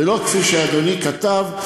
ולא כפי שאדוני כתב,